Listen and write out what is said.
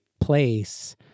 place